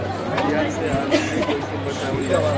दियार से आलू के कइसे बचावल जाला?